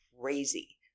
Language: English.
crazy